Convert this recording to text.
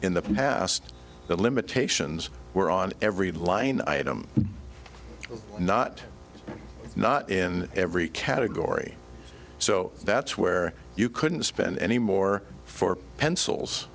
in the past the limitations were on every line item not not in every category so that's where you couldn't spend any more for pencils